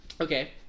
Okay